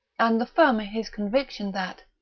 and the firmer his conviction that,